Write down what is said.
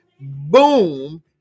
boom